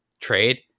trade